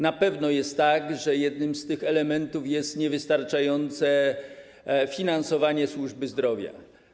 Na pewno jest tak, że jednym z tych elementów jest niewystarczające finansowanie służby zdrowia.